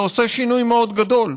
זה עושה שינוי מאוד גדול,